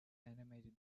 animated